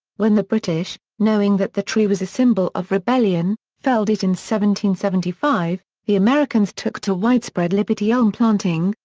when the british, knowing that the tree was a symbol of rebellion, felled it in seventy seventy five, the americans took to widespread liberty elm planting,